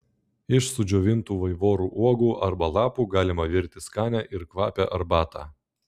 iš sudžiovintų vaivorų uogų arba lapų galima virti skanią ir kvapią arbatą